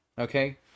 okay